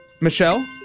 Michelle